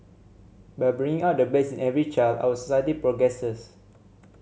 by bringing out the best in every child our society progresses